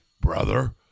brother